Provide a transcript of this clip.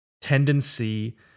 tendency